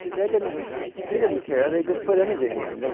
they didn't they didn't care. they just put anything in,